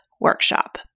workshop